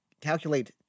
calculate